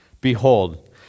behold